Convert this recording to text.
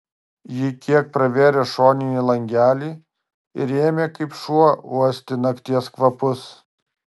ji kiek pravėrė šoninį langelį ir ėmė kaip šuo uosti nakties kvapus